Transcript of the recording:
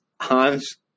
Hans